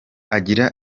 agira